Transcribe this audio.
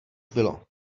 bylo